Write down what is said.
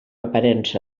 aparença